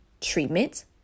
treatment